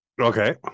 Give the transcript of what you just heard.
Okay